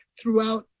throughout